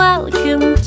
Welcome